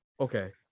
okay